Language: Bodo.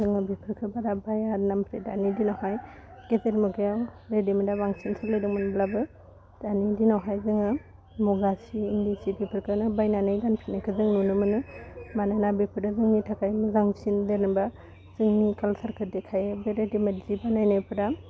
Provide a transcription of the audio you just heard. जोङो बेफोरखो बारा बाहाया आरो ना आमफ्राय दानि दिनावहाय गेजेर मुगायाव रेडिमेदा बांसिन सोलिदोंमोनब्लाबो दानि दिनावहाय जोङो मुगा सि इन्दि सि बेफोरखोनो बायनानै गानफिन्नायखौ जों नुनो मोनो मानोना बेफोरो जोंनि थाखाइ मोजांसिन जेनेबा जोंनि कालसारखो देखायो आमफ्राय दा रेडिमेट जि बानायनायफ्रा